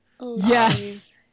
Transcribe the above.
Yes